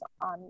on